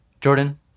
Jordan